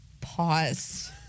Pause